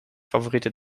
favoriete